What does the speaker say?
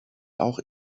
auch